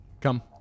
Come